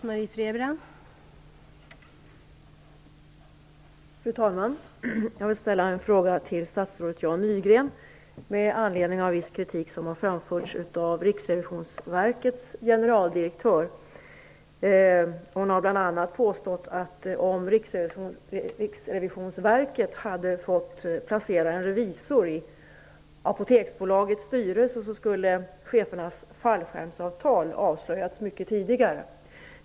Fru talman! Jag vill ställa en fråga till statsrådet Jan Nygren med anledning av viss kritik som har framförts av Riksrevisionsverkets generaldirektör. Hon har bl.a. påstått att om Riksrevisionsverket hade fått placera en revisor i Apoteksbolagets styrelse skulle chefernas fallskärmsavtal ha avslöjats mycket tidigare.